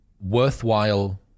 worthwhile